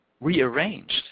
Rearranged